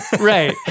Right